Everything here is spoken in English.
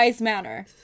manner